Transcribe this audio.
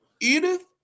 Edith